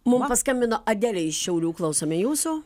mum paskambino adelė iš šiaulių klausome jūsų